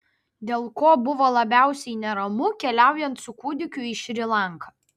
dėl ko buvo labiausiai neramu keliaujant su kūdikiu į šri lanką